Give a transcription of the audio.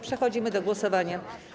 Przechodzimy do głosowania.